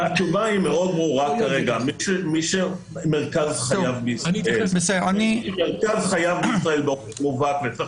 התשובה מאוד ברורה כרגע: מי שמרכז חייו בישראל באופן מובהק וצריך